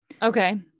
Okay